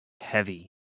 heavy